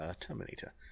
terminator